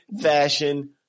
fashion